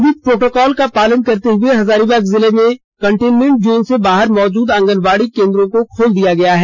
Covid protocol का पालन करते हुए हजारीबाग जिला में कंटेनमेंट जोन से बाहर मौजूद आंगनवाड़ी केंद्रों को खोल दिया गया है